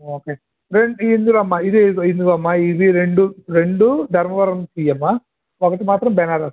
okay రే ఇందులో అమ్మ ఇది ఇందులో అమ్మ ఇది రెండు రెండూ ధర్మవరం తియ్యమ్మా ఒకటి మాత్రం బెనారస్